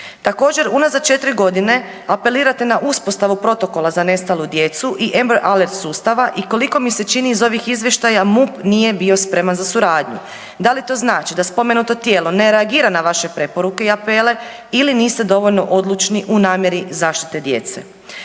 Također unazad četiri godine apelirate na uspostavu protokola za nestalu djecu i Ember aler sustava i koliko mi se čini iz ovih izvještaja MUP nije bio spreman za suradnju. Da li to znači da spomenuto tijelo ne reagira na vaše preporuke i apele ili niste dovoljno odlučni u namjeri zaštite djece.